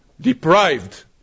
deprived